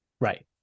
Right